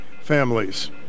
families